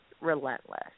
relentless